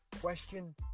question